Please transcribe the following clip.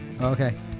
Okay